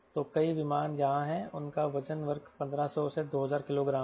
तो कई विमान यहां हैं और उनका वजन वर्ग 1500 से 2000 किलोग्राम है